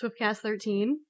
SwiftCast13